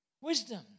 wisdom